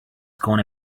gonna